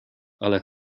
ale